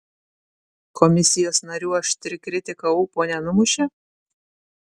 komisijos narių aštri kritika ūpo nenumušė